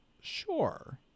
sure